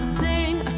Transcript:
sing